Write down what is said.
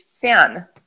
fan